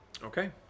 Okay